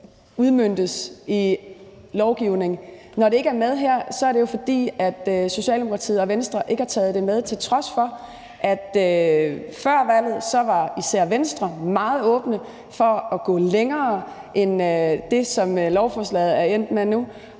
udmøntes i lovgivning. Når det ikke er med her, er det jo, fordi Socialdemokratiet og Venstre ikke har taget det med, til trods for at især Venstre før valget var meget åbne for at gå længere end det, som lovforslaget er endt med nu.